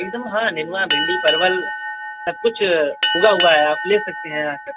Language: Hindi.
एकदम हाँ निनुआ भिंडी परवल सब कुछ उगा उगाया है आप ले सकते हैं